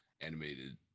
animated